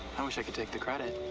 i wish i could take the credit.